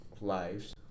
lives